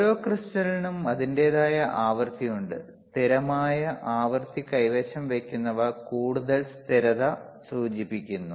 ഓരോ ക്രിസ്റ്റലിനും അതിന്റേതായ ആവൃത്തി ഉണ്ട് സ്ഥിരമായ ആവൃത്തി കൈവശം വയ്ക്കുന്നവ കൂടുതൽ സ്ഥിരത സൂചിപ്പിക്കുന്നു